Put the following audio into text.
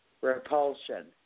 repulsion